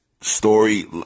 Story